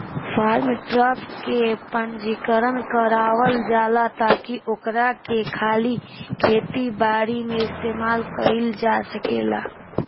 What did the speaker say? form truck के पंजीकरण करावल जाला ताकि ओकरा के खाली खेती बारी में इस्तेमाल कईल जा सकेला